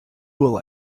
will